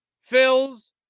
Phil's